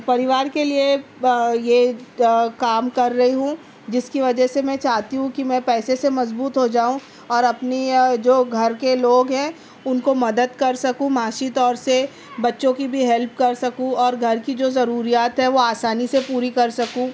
پریوار کے لیے یہ کام کر رہی ہوں جس کی وجہ سے میں چاہتی ہوں کہ میں پیسے سے مضبوط ہو جاؤں اور اپنی جو گھر کے لوگ ہیں اُن کو مدد کر سکوں معاشی طور سے بچوں کی بھی ہیلپ کر سکوں اور گھر کی جو ضروریات ہے وہ آسانی سے پوری کر سکوں